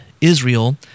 Israel